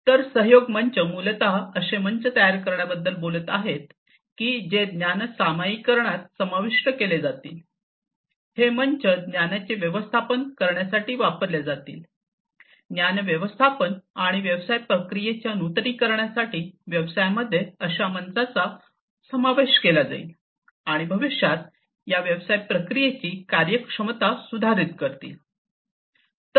तर सहयोग मंच मूलत असे मंच तयार करण्याबद्दल बोलत आहेत की जे ज्ञान सामायिकरणात समाविष्ट केले जातील हे मंच ज्ञानाचे व्यवस्थापन करण्यासाठी वापरले जातील ज्ञान व्यवस्थापन आणि व्यवसाय प्रक्रियेच्या नूतनीकरणासाठी व्यवसायामध्ये अशा मंचाचा समावेश केला जाईल आणि भविष्यात या व्यवसाय प्रक्रियेची कार्यक्षमता सुधारित करतील